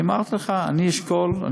אמרתי לך שאני אשקול,